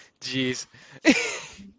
jeez